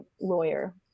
lawyer